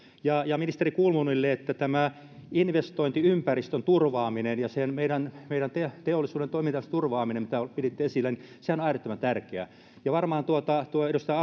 ja ja ministeri kulmunille tämä investointiympäristön turvaaminen ja sen meidän meidän teollisuutemme toiminnan turvaaminen mitä piditte esillä sehän on äärettömän tärkeää varmaan tuolta edustaja